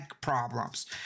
problems